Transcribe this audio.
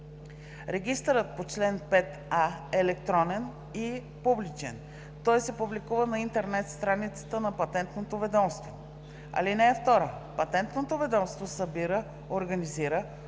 Регистърът по чл. 5а е електронен и публичен. Той се публикува на интернет страницата на Патентното ведомство. (2) Патентното ведомство събира, организира,